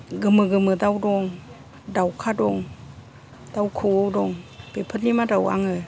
गोमो गोमो दाव दं दाउखा दं दाउखोवौ दं बेफोरनि मादाव आङो